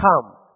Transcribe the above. come